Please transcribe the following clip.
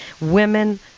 Women